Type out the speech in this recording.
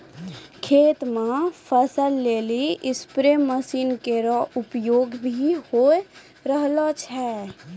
खेत म फसल लेलि स्पेरे मसीन केरो उपयोग भी होय रहलो छै